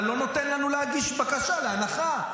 אתה לא נותן לנו להגיש בקשה להנחה,